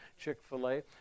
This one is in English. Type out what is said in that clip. Chick-fil-A